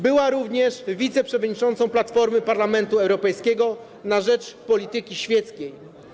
Była również wiceprzewodniczącą Platformy Parlamentu Europejskiego na rzecz polityki świeckiej.